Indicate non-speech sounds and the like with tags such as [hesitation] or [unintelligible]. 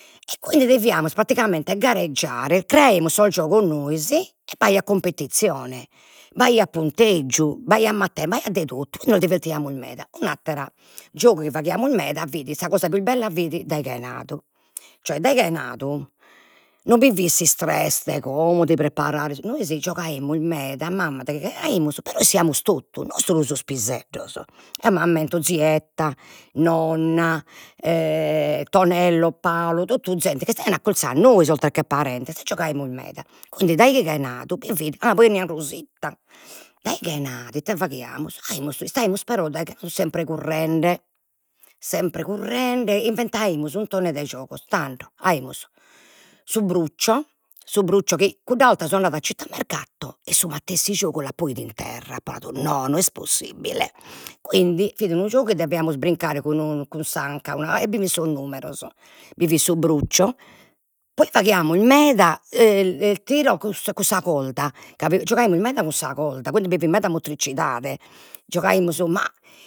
E quindi cheriamus pratigamente gareggiare, creaimus sos giogos nois e b'aiat competizione, b'aiat punteggiu b'aiat [unintelligible] 'e totu, e quindi nos divertiamus meda. Un'atteru giogu chi faghiamus meda fit, sa cosa pius bella fit, dai chenadu, cioè dai chenadu no bi fit s'istress de como de preparare, nois giogaimus meda, a mamma dai chenaimus, però 'essiamus totu, non solu sos piseddos, eo m'ammento zietta, nonna, [hesitation] Tonello, Paolo, totu zente chi istaian accurzu a nois, oltre che parentes, giogaimus meda, quindi dai chenadu bi fit, ah poi 'eniat Rosita, dai chenadu ite faghiamus, aimus [unintelligible] istaimus però dai [hesitation] sempre currende, sempre currende e inventaimus unu muntone de giogos, tando, aimus su brucio, su brucio chi, cudda olta so andada a Citta Mercato e su matessi giogu l'apo idu in terra, apo nadu no, no est possibile, quindi fit unu giogu chi deviamus brincare cun [hesitation] cun s'anca [hesitation] e bi fin sos numeros, bi fit su brucio, poi faghiamus meda [hesitation] tiro cun sa corda ca [hesitation] giogaimus meda cun sa corda, quindi bi fit meda motricidade, giogaimus ma